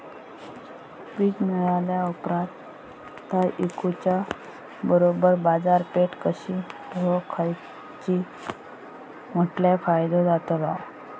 पीक मिळाल्या ऑप्रात ता इकुच्या बरोबर बाजारपेठ कशी ओळखाची म्हटल्या फायदो जातलो?